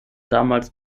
damals